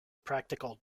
practical